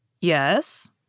Yes